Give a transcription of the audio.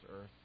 earth